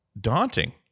daunting